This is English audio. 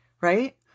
Right